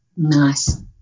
nice